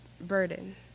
burden